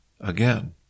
again